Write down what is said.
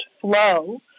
flow